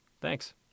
Thanks